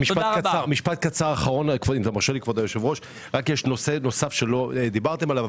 משפט קצר אחרון - יש נושא נוסף שלא דיברתם עליהם